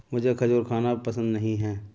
मुझें खजूर खाना पसंद नहीं है